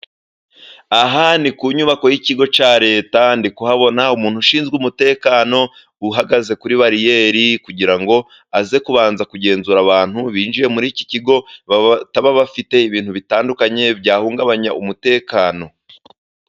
Aha ni ku nyubako y'ikigo cya leta, ndi kuhabona umuntu ushinzwe umutekano ,uhagaze kuri bariyeri kugira ngo aze kubanza kugenzura abantu binjiye muri iki kigo, bataba bafite ibintu bitandukanye byahungabanya umutekano.